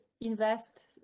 invest